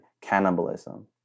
cannibalism